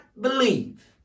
believe